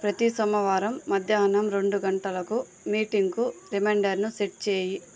ప్రతి సోమవారం మధ్యాహ్నం రెండు గంటలకు మీటింగ్కు రిమైండర్ను సెట్ చేయి